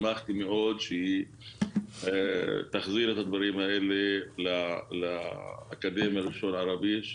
שמחתי מאוד שהיא תחזיר את הדברים האלה לאקדמיה ללשון הערבית,